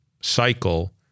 cycle